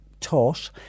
taught